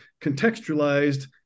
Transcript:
contextualized